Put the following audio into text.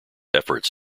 efforts